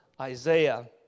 Isaiah